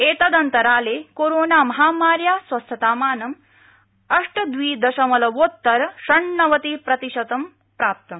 एतदन्तराले कोरोनामहामार्या स्वस्थतामानं अष्ट द्वि दशमलवोत्तर षण्णवति प्रतिशतं प्राप्तम्